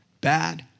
Bad